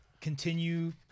continue